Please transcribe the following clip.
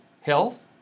health